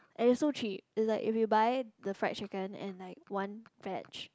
and is so cheap is like if you buy the fried chicken and like one veg